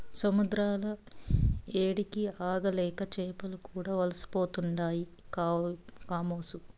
సముద్రాల ఏడికి ఆగలేక చేపలు కూడా వలసపోతుండాయి కామోసు